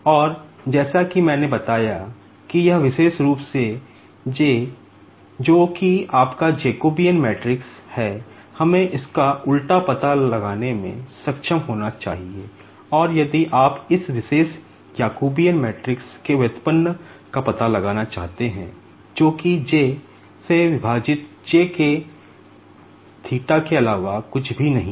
और जैसा कि मैंने बताया कि यह विशेष रूप से J के अलावा कुछ भी नहीं है